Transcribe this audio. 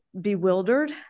bewildered